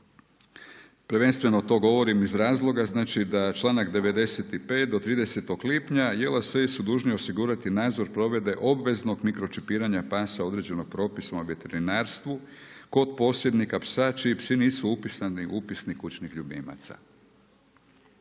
prvenstveno to govorim iz razloga da članak 95. do 30.lipnja, jedinice lokalne samouprave su dužni osigurati nadzor provedbe obveznog mikročipiranja pasa određenog propisa o veterinarstvu, kod posjednika psa čiji psi nisu upisani u upisniku kućnih ljubimaca.